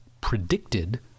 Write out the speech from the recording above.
predicted